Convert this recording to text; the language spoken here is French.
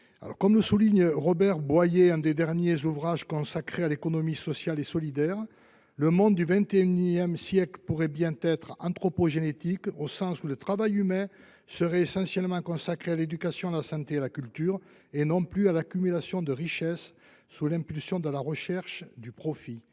Comme le souligne Robert Boyer dans l’un des derniers ouvrages consacrés à l’économie sociale et solidaire, le monde du XXI siècle pourrait bien être anthropogénétique, au sens où le travail humain serait essentiellement consacré à l’éducation, à la santé et à la culture, et non plus à l’accumulation des richesses, sous l’impulsion de la recherche du profit